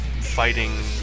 fighting